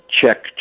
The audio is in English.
check